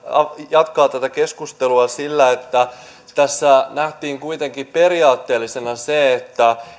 jatkaa tätä keskustelua sillä että tässä nähtiin kuitenkin periaatteellisena se että